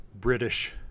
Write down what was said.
British